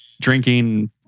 drinking